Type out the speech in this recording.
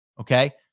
okay